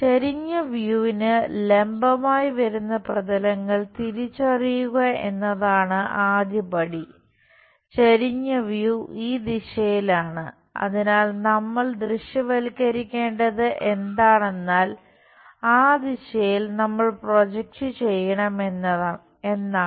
ചെരിഞ്ഞ വ്യൂവിന് ചെയ്യണം എന്നതാണ്